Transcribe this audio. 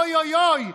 אוי אוי אוי,